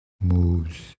moves